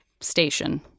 Station